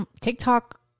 TikTok